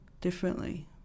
differently